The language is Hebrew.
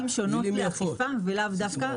אני חושבת שיש דרכים שונות לאכיפה ולאו דווקא